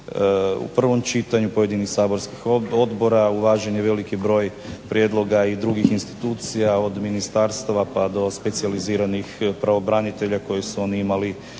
u prvom čitanju pojedinih saborskih odbora, uvažen je veliki broj prijedloga i drugih institucija od ministarstava pa do specijaliziranih pravobranitelja koje su oni imali i